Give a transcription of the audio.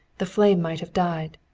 the flame might have died.